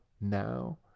now